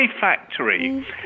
Factory